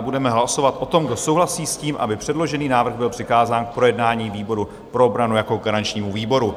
Budeme hlasovat o tom, kdo souhlasí s tím, aby předložený návrh byl přikázán k projednání výboru pro obranu jako garančnímu výboru.